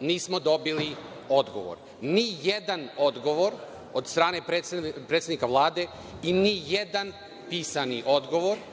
nismo dobili odgovor, nijedan odgovor od strane predsednika Vlade i nijedan pisani odgovor